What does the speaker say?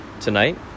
tonight